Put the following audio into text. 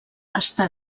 està